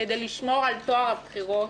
כדי לשמור על טוהר הבחירות,